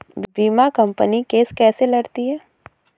बीमा company case कैसे लड़ती है?